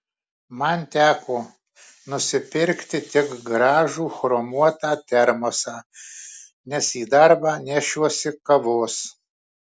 man teko nusipirkti tik gražų chromuotą termosą nes į darbą nešiuosi kavos